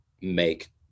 make